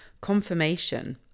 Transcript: confirmation